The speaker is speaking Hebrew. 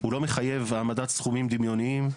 הוא לא מחייב העמדת סכומים דמיוניים.